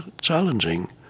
challenging